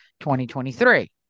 2023